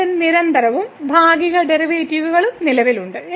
function നിരന്തരവും ഭാഗിക ഡെറിവേറ്റീവുകളും നിലവിലുണ്ട്